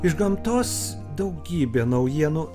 iš gamtos daugybė naujienų